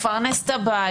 לפרנס את הבית,